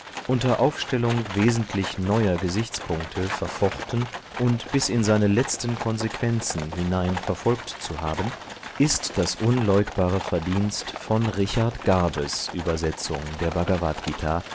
unter aufstellung wesentlich neuer gesichtspunkte verfochten und bis in seine letzten konsequenzen hinein verfolgt zu haben ist das unleugbare verdienst von richard garbes übersetzung der bhagavadgt